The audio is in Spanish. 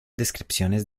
descripciones